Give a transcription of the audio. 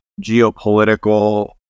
geopolitical